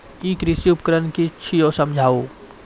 ई कृषि उपकरण कि छियै समझाऊ?